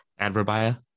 Adverbia